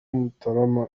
mutarama